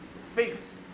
fix